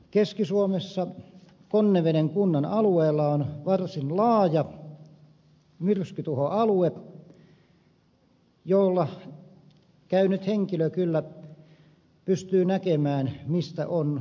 keski suomessa konneveden kunnan alueella on varsin laaja myrskytuhoalue jolla käynyt henkilö kyllä pystyy näkemään mistä on ollut kyse